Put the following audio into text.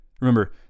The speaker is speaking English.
Remember